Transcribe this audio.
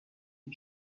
des